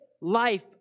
life